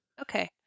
Okay